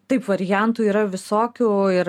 taip variantų yra visokių ir